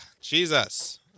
Jesus